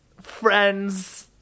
friends